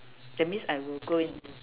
that means I will go and